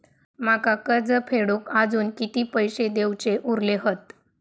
माका कर्ज फेडूक आजुन किती पैशे देऊचे उरले हत?